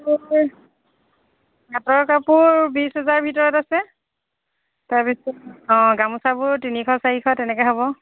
হাতৰ কাপোৰ বিছ হেজাৰ ভিতৰত আছে তাৰপিছত অঁ গামোচাবোৰ তিনিশ চাৰিশ তেনেকৈ হ'ব